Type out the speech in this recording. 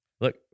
Look